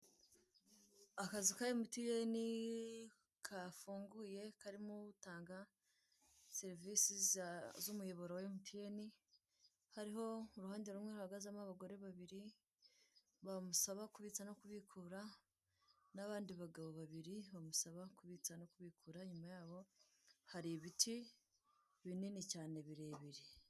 Akazu ka emutiyeni kafunguye karimo utanga serivise z'umuyoboro wa emutiyene ku ruhande hari abagore babiri boamusaba kubitsa no kubikura, n'abandi bagabo babiri boamusaba kubitsa no kubikura, inyuma yabo hari ibiti binini cyane birebire.